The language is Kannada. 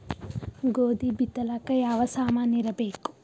ಗೋಧಿ ಬಿತ್ತಲಾಕ ಯಾವ ಸಾಮಾನಿರಬೇಕು?